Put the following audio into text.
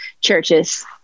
churches